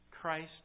Christ